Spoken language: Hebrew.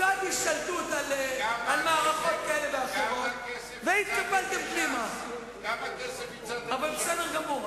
סגרנו תקציב, התקציב סגור, אין חוק הסדרים,